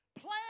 Plan